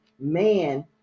man